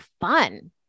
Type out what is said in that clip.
fun